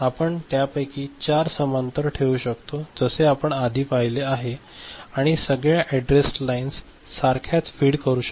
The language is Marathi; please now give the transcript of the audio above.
आपण त्यापैकी 4 समांतर ठेवू आणि जसे आपण आधी पाहिले आहे आणि सगळ्या अॅड्रेस लाइन सारख्याच फीड करू